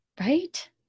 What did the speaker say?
Right